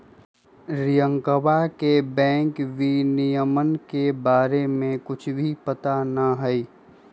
रियंकवा के बैंक विनियमन के बारे में कुछ भी पता ना हई